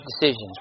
decisions